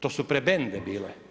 To su prebende bile.